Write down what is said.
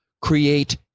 create